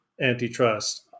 antitrust